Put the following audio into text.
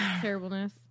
terribleness